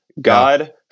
God